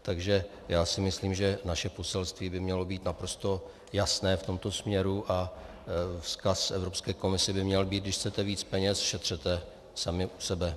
Takže já si myslím, že naše poselství by mělo být naprosto jasné v tomto směru a vzkaz Evropské komisi by měl být: když chcete víc peněz, šetřete sami u sebe.